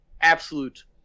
absolute